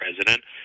president